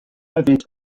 hefyd